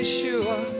sure